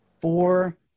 four